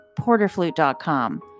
porterflute.com